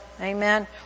Amen